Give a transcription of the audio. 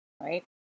right